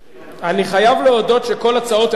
אני חייב להודות שכל הצעות האי-אמון,